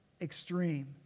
extreme